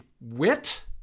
wit